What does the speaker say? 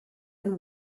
and